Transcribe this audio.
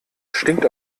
stinkt